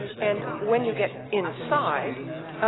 and when you get inside,